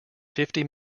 fifty